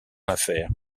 affaires